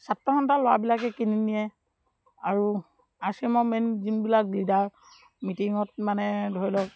ছাত্ৰসন্থাৰ ল'ৰাবিলাকে কিনি নিয়ে আৰু আৰ চি এমৰ মেইন যোনবিলাক লিডাৰ মিটিঙত মানে ধৰি লওক